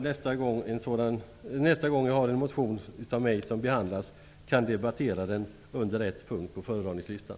Nästa gång en motion väcks av mig vill jag debattera den under rätt punkt på föredragningslistan.